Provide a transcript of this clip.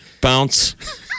Bounce